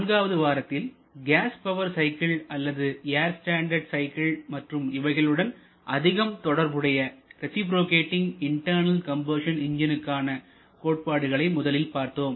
நான்காவது வாரத்தில் gas power cycle அல்லது ஏர் ஸ்டாண்டர்டு சைக்கிள் மற்றும் இவைகளுடன் அதிகம் தொடர்புடைய ரேசிப்ரோகேட்டிங் இன்டர்னல் கம்பஷன் என்ஜின்களுக்கான கோட்பாடுகளை முதலில் பார்த்தோம்